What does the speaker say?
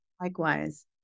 Likewise